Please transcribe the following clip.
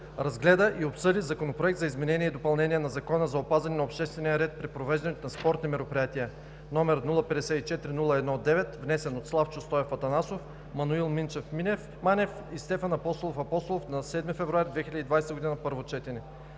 разгледа и обсъди Законопроект за изменение и допълнение на Закона за опазване на обществения ред при провеждането на спортни мероприятия, № 054-01-9, внесен от народните представители Славчо Стоев Атанасов, Маноил Минчев Манев и Стефан Апостолов Апостолов на 7 февруари 2020 г. – първо четене.